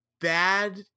bad